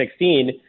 2016